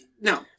No